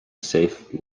safe